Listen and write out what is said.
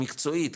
מקצועית,